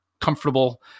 comfortable